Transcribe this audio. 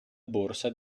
borsa